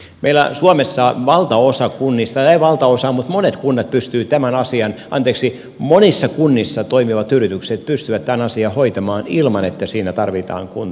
meillä islannissa on valtaosa kunnista ja valtaosa mut monet kunnat pystyy tämän asian todeksi suomessa monissa kunnissa toimivat yritykset pystyvät tämän asian hoitamaan ilman että siinä tarvitaan kuntaa mukana